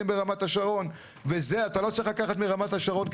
במפרט של W. מרפסות 22 מטרים,